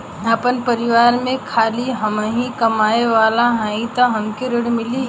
आपन परिवार में खाली हमहीं कमाये वाला हई तह हमके ऋण मिली?